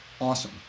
Awesome